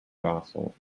docile